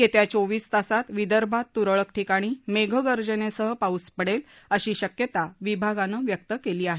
येत्या चोविस तासात विदर्भात तुरळक ठिकाणी मेघगर्जनेसह पाऊस पडेल अशी शक्यता विभागानं व्यक्त केली आहे